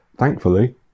thankfully